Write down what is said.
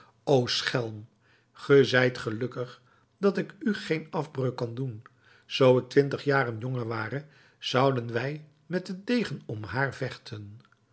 ge zijt gelukkig dat ik u geen afbreuk kan doen zoo ik twintig jaren jonger ware zouden wij met den degen om haar vechten